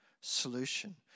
solution